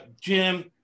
Jim